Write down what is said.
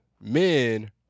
Men